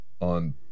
on